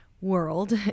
world